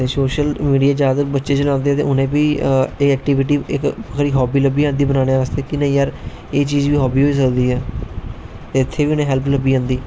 social media ज्यादातर बच्चे चलांदे ते उनेंगी बी एह् एक्टीबिटी थोहड़ी हाॅवी लब्भी जंदी बनाने आस्तै हाॅवी इत्थै बी उनेंगी हैल्प लब्भी जंदी